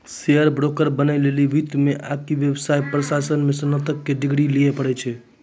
share broker बनै लेली वित्त मे आकि व्यवसाय प्रशासन मे स्नातक के डिग्री लिये पड़ै छै